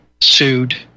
sued